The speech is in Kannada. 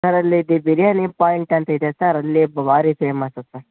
ಸರ್ ಅಲ್ಲಿ ದಿ ಬಿರ್ಯಾನಿ ಪಾಯಿಂಟ್ ಅಂತಿದೆ ಸರ್ ಅಲ್ಲಿ ಭಾರಿ ಫೇಮಸ್ಸು ಸರ್